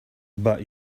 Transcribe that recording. but